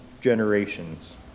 generations